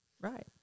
Right